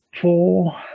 Four